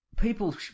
people